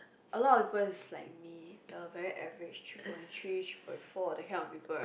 a lot of people is like me the very average three point three three point four that kind of people right